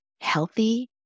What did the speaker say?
healthy